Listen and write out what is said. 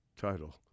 title